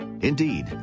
Indeed